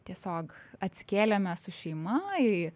tiesiog atsikėlėme su šeima į